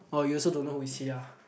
oh you also don't know who is he ah